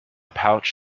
pouch